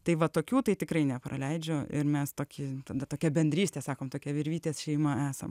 tai va tokių tai tikrai nepraleidžiu ir mes tokį ten tokia bendrystė sakom tokia virvytės šeima esam